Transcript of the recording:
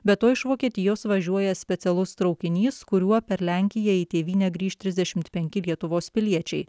be to iš vokietijos važiuoja specialus traukinys kuriuo per lenkiją į tėvynę grįš trisdešimt penki lietuvos piliečiai